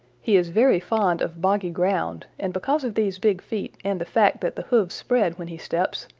he is very fond of boggy ground, and because of these big feet and the fact that the hoofs spread when he steps,